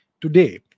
today